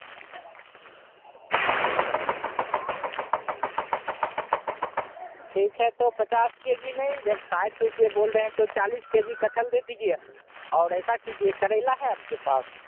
ठीक है तो पचास के जी नहीं जब साठ रुपिया बोल रहे हैं तो चालीस के जी कठहल दे दीजिए और ऐसा कीजिए करेला है आपके पास